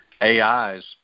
AIs